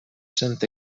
sent